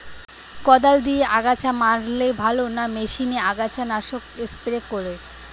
কদাল দিয়ে আগাছা মারলে ভালো না মেশিনে আগাছা নাশক স্প্রে করে?